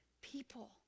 people